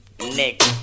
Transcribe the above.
Nick